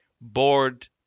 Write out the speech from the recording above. bored